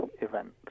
event